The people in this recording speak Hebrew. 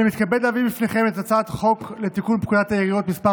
אני מתכבד להביא בפניכם את הצעת החוק לתיקון פקודת העיריות (מס'